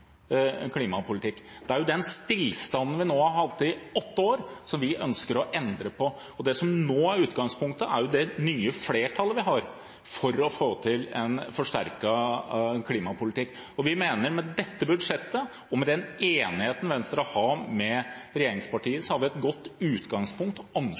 klimapolitikk. Det er den stillstanden vi nå har hatt i åtte år, som vi ønsker å endre på, og det som nå er utgangspunktet, er det nye flertallet vi har for å få til en forsterket klimapolitikk. Vi mener med dette budsjettet og med den enigheten Venstre har med